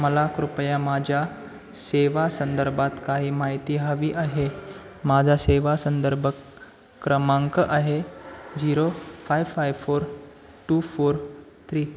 मला कृपया माझ्या सेवा संदर्भात काही माहिती हवी आहे माझा सेवा संदर्भ क्रमांक आहे zero five five four two four three